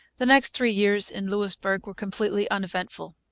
the next three years in louisbourg were completely uneventful.